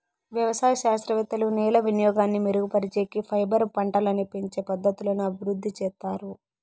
వ్యవసాయ శాస్త్రవేత్తలు నేల వినియోగాన్ని మెరుగుపరిచేకి, ఫైబర్ పంటలని పెంచే పద్ధతులను అభివృద్ధి చేత్తారు